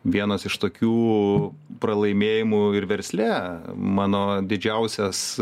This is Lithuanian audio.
vienas iš tokių pralaimėjimų ir versle mano didžiausias